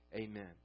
Amen